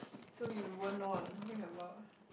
so you won't know what I am talking about